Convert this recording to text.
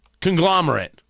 conglomerate